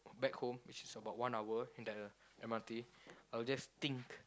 back home with is about one hour in the M_R_T I will just think